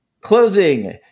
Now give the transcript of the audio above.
Closing